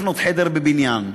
זוג צעיר לא הולך לקנות חדר בבניין.